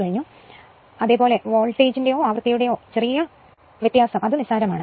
അതിനാൽ സാധാരണയായി വോൾട്ടേജിന്റെയോ ആവൃത്തിയുടെയോ വ്യത്യാസം നിസാരമാണ്